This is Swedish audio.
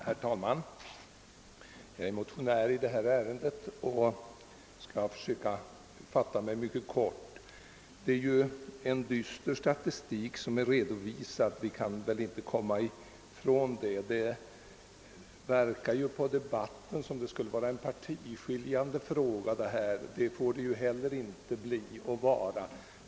Herr talman! Jag är motionär i detta ärende, men jag skall försöka fatta mig mycket kort. Det är en dyster statistik som är redovisad, det kan vi väl inte komma ifrån. Det verkar på debatten som om detta skulle vara en partiskiljande fråga, men det får det inte vara.